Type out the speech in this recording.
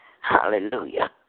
Hallelujah